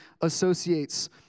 associates